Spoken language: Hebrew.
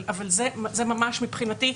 אבל זה ממש מבחינתי,